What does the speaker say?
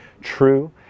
true